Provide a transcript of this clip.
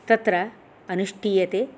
तत्र अनुष्ठीयते